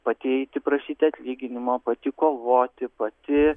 pati eiti prašyti atlyginimo pati kovoti pati